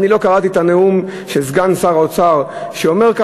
אני לא קראתי את הנאום של סגן שר האוצר שאומר כך,